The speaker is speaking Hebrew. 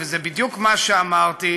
וזה בדיוק מה שאמרתי,